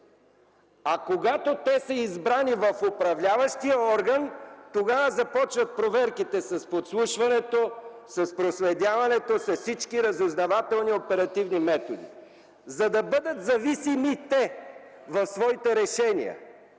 Когато те са избрани в управляващия орган, тогава започват проверките с подслушването, с проследяването, с всички разузнавателни оперативни мерки, за да бъдат те зависими в своите решения,